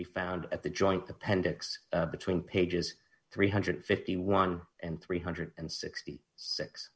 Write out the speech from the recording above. be found at the joint appendix between pages three hundred and fifty one and three hundred and sixty